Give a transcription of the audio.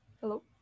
Hello